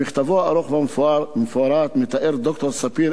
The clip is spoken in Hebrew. במכתבו הארוך והמפורט מתאר ד"ר ספיר